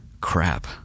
crap